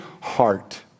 heart